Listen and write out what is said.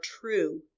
true